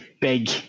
big